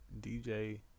DJ